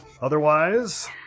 otherwise